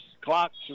Clock's